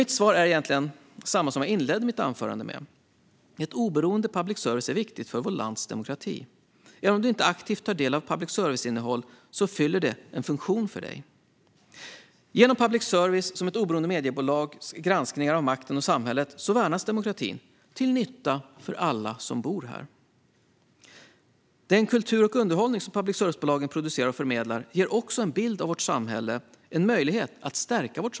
Mitt svar är egentligen detsamma som jag inledde mitt anförande med: Ett oberoende public service är viktigt för vårt lands demokrati. Även om du inte aktivt tar del av innehållet i public service fyller det en funktion för dig. Genom ett oberoende public services granskningar av makten och samhället värnas demokratin, till nytta för alla som bor här. Den kultur och underhållning som public service-bolagen producerar och förmedlar ger också en bild av samhället och en möjlighet att stärka det.